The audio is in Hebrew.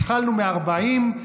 התחלנו מ-40%,